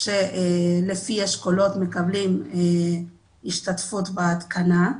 שלפי אשכולות מקבלים השתתפות בהתקנה.